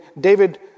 David